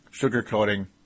sugarcoating